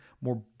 more